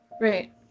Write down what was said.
Right